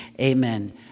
amen